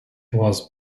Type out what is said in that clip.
was